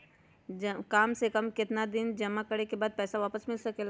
काम से कम केतना दिन जमा करें बे बाद पैसा वापस मिल सकेला?